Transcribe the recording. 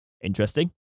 interesting